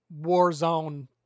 Warzone